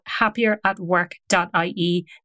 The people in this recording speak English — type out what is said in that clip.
happieratwork.ie